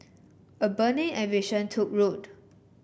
a burning ambition took root